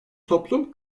toplum